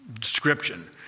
description